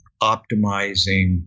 optimizing